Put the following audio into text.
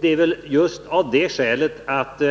Det är just det skälet att